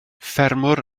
ffermwr